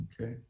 Okay